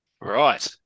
Right